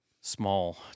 small